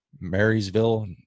Marysville